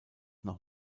noch